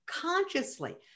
consciously